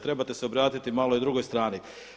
Trebate se obratiti malo i drugoj strani.